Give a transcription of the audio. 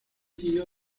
tío